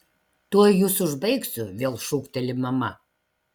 tuoj jus užbaigsiu vėl šūkteli mama